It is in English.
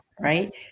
right